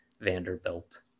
Vanderbilt